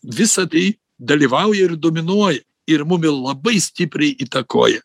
visa tai dalyvauja ir dominuoj ir mumi labai stipriai įtakoji